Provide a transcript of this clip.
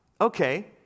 Okay